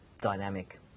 dynamic